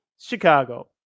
Chicago